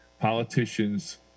politicians